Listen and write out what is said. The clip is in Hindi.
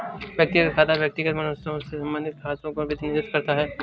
व्यक्तिगत खाता व्यक्तिगत मनुष्यों से संबंधित खातों का प्रतिनिधित्व करता है